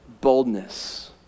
boldness